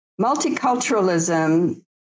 multiculturalism